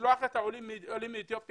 לשלוח את העולים מאתיופיה